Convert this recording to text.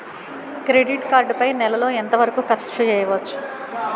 Credit card పై నెల లో ఎంత వరకూ ఖర్చు చేయవచ్చు?